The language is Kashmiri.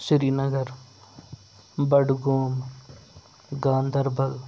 سرینگر بَڈگوم گاندَربَل